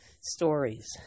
stories